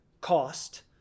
cost